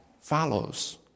follows